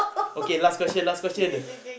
okay last question last question